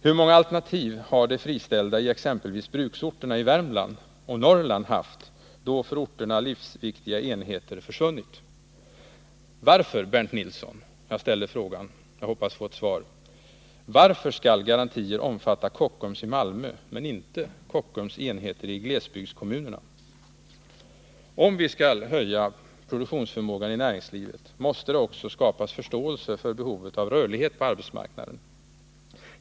Hur många alternativ har de friställda i exempelvis bruksorterna i Värmland och Norrland haft då för orterna livsviktiga enheter försvunnit? Varför — jag ställer frågan, Bernt Nilsson, och hoppas få ett svar — skall garantier omfatta Kockums i Malmö men inte Kockums enheter i glesbygdskommuner? Om vi skall kunna höja produktionsförmågan i näringslivet, måste det också skapas förståelse för behovet av rörlighet på arbetsmarknaden.